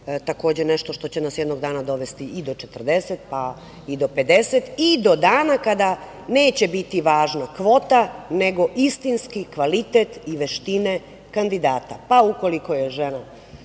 takođe nešto što će nas jednog dana dovesti i do 40%, pa i do 50% i do dana kada neće biti važna kvota, nego istinski kvalitet i veštine kandidata, pa ukoliko je žena